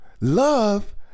Love